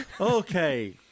Okay